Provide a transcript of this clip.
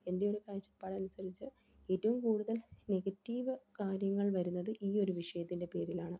എൻ്റെ ഒരു കാഴ്ച്ചപ്പാടനുസരിച്ച് ഏറ്റവും കൂടുതൽ നെഗറ്റീവ് കാര്യങ്ങൾ വരുന്നത് ഈ ഒരു വിഷയത്തിൻ്റെ പേരിലാണ്